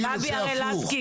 גבי לסקי